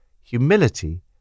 Humility